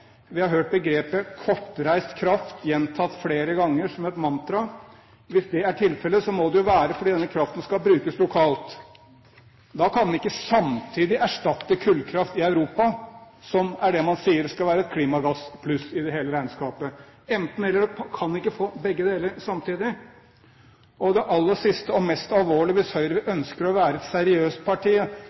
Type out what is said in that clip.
Vi har hørt begrepet «kortreist kraft» gjentatt flere ganger som et mantra. Hvis det er tilfellet, må det jo være for at denne kraften skal brukes lokalt. Da kan man ikke samtidig erstatte kullkraft i Europa, som er det man sier skal være et klimagass-pluss i det hele regnskapet. Det er enten–eller. Man kan ikke få begge deler samtidig. Og det aller siste og mest alvorlige, hvis Høyre ønsker å være et seriøst parti: